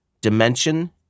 dimension